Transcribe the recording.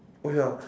oh ya